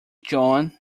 john